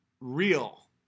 real